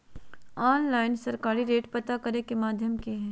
Online सरकारी rate पता करे के माध्यम की हय?